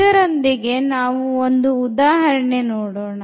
ಇದರೊಂದಿಗೆ ನಾವು ಒಂದು ಉದಾಹರಣೆ ನೋಡೋಣ